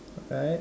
alright